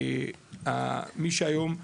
מי שהיום,